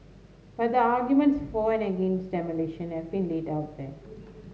but the arguments for and against demolition have been laid out there